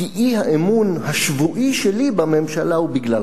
כי האי-אמון השבועי שלי בממשלה הוא בגללך.